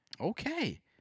Okay